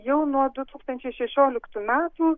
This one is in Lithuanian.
jau nuo du tūkstančiai šešioliktų metų